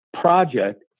project